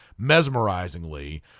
mesmerizingly